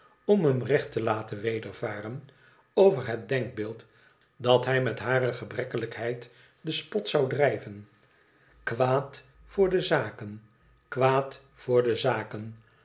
om hem recht te laten wedervaren over het denkbeeld dat hij met hare gebrekkelijkheid den spot zou drijven kwaad voor de zaken kwaad voor de zaken